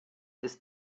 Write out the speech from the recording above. ist